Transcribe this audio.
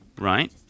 right